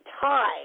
time